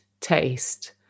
taste